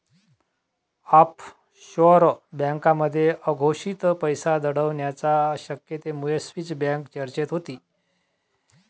offshore बँकांमध्ये अघोषित पैसा दडवण्याच्या शक्यतेमुळे स्विस बँक चर्चेत होती